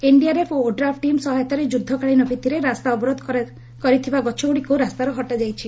NDRF ODRAF team ସହାୟତାରେ ଯୁଦ୍ଧ କାଳୀନ ଭିତିରେ ରାସ୍ତା ଅବରୋଧ କରିଥିବା ଗଛ ଗୁଡିକୁ ରାସ୍ତାରୁ ହଟାଯାଉଛି